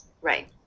right